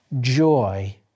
joy